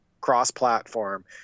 cross-platform